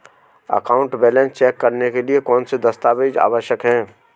Account balance check करने के लिए कौनसे दस्तावेज़ आवश्यक हैं?